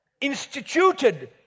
instituted